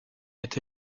est